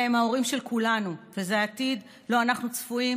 אלה הם ההורים של כולנו וזה העתיד שלו אנחנו צפויים